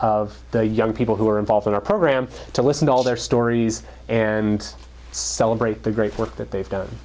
of the young people who are involved in our program to listen to all their stories and celebrate the great work that they've done